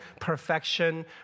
perfection